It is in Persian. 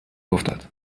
افتاد